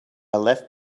left